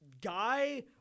guy